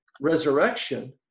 Resurrection